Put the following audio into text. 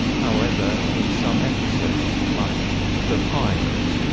however, in some episodes, like the pilot,